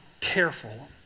careful